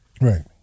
right